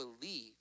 believe